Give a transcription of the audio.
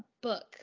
book